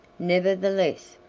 nevertheless,